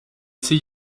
see